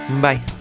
bye